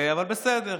אבל בסדר,